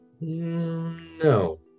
No